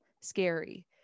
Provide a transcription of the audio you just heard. scary